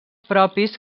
propis